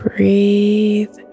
Breathe